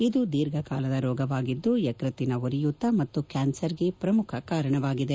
ಇದು ದೀರ್ಘಕಾಲದ ರೋಗವಾಗಿದ್ದು ಯಕ್ಷತ್ತಿನ ಉರಿಯೂತ ಮತ್ತು ಕಾನ್ಸರ್ಗೆ ಪ್ರಮುಖ ಕಾರಣವಾಗಿದೆ